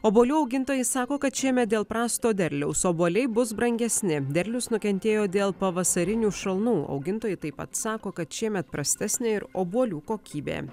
obuolių augintojai sako kad šiemet dėl prasto derliaus obuoliai bus brangesni derlius nukentėjo dėl pavasarinių šalnų augintojai taip pat sako kad šiemet prastesnė ir obuolių kokybė